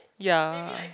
ya